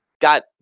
got